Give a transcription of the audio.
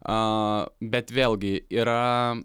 aa bet vėlgi yra